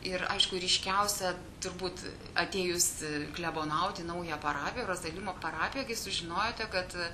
ir aišku ryškiausia turbūt atėjus klebonaut į naują parapiją rozalimo parapiją kai sužinojot kad